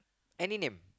any name